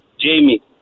Jamie